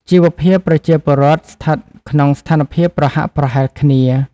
ជីវភាពប្រជាពលរដ្ឋស្ថិតក្នុងស្ថានភាពប្រហាក់ប្រហែលគ្នា។